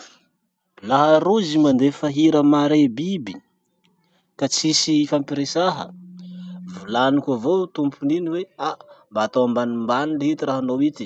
Laha rozy mandefa hira mare biby ka tsisy fampiresaha, volaniko avao tompony iny hoe ah mba atao ambanimbany lihity rahanao ity.